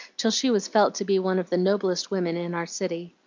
till she was felt to be one of the noblest women in our city.